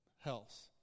health